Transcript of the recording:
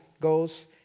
goes